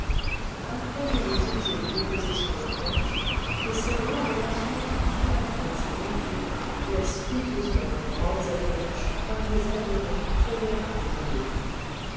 a peine les ont-ils déposés sur les planches que ces rois de l'azur maladroits et honteux laissent piteusement leurs grandes ailes blanches comme des avirons traîner à côté d'eux